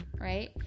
right